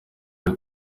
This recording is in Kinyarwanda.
hari